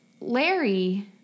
Larry